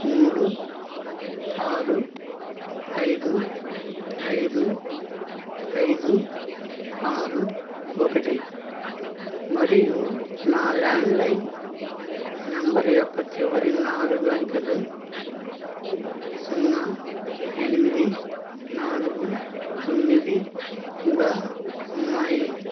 మూడు ఆరు ఐదు ఐదు ఐదు ఆరు ఒకటి మరియు నా ల్యాండ్లైన్ నెంబర్ యొక్క చివరి నాలుగు అంకెలు సున్నా ఎనిమిది నాలుగు తొమ్మిదిగా ఉన్నాయి